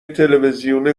تلوزیون